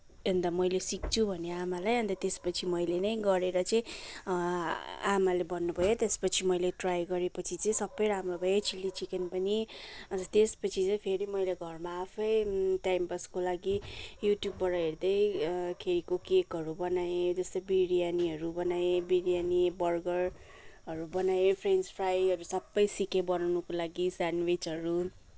अन्त मैले सिक्छु भने आमालाई अन्त त्यसपछि मैले नै गरेर चाहिँ आमाले भन्नुभयो त्यसपछि मैले ट्राइ गरेपछि चाहिँ सबै राम्रो भयो चिली चिकन पनि अन्त त्यसपछि चाहिँ फेरि मैले घरमा आफै टाइम पासको लागि युट्युबबाट हेर्दै खिरको केकहरू बनाएँ यस्तै बिरियानीहरू बनाएँ बिरियानी बर्गरहरू बनाएँ फेन्च फ्राइहरू सबै सिकेँ बनाउनको लागि सेन्डविचहरू